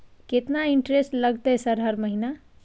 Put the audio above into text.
केतना इंटेरेस्ट लगतै सर हर महीना?